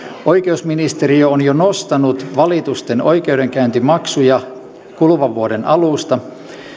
oikeusministeriö on jo nostanut valitusten oikeudenkäyntimaksuja kuluvan vuoden alusta